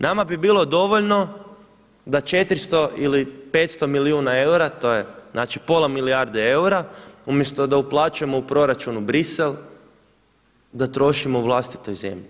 Nama bi bilo dovoljno da 400 ili 500 milijuna eura znači to je pola milijarde eura, umjesto da uplaćujemo u proračun u Bruxelles da trošimo u vlastitoj zemlji.